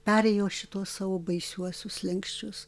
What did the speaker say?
perėjo šituos savo baisiuosius slenksčius